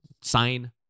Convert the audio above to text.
sign